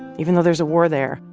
even though there's a war there,